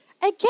again